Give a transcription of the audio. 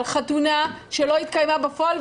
על חתונה שלא התקיימה בפועל,